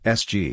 sg